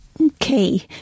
Okay